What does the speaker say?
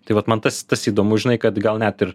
tai vat man tas tas įdomu žinai kad gal net ir